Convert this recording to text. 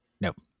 Nope